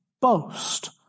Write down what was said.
boast